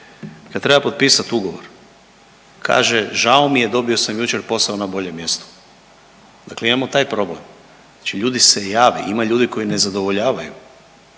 kad treba potpisat ugovor, kaže žao mi je dobio sam jučer posao na bolje mjesto, dakle imamo taj problem. Znači ljudi se jave, ima ljudi koji ne zadovoljavaju,